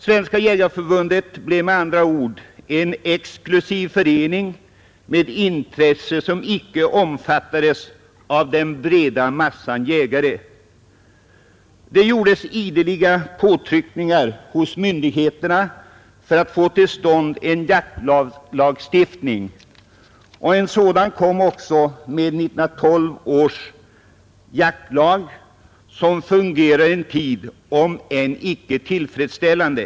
Svenska jägareförbundet blev med andra ord en exklusiv förening med intressen som icke omfattades av den breda massan jägare. Det gjordes ideliga påtryckningar hos myndigheterna för att få till stånd en jaktlag, En sådan kom också med 1912 års jaktlag som fungerade en tid, om än icke tillfredsställande.